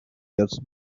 years